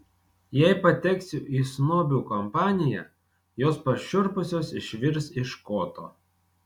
jei pateksiu į snobių kompaniją jos pašiurpusios išvirs iš koto